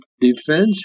defense